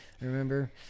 remember